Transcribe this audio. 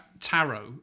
Tarot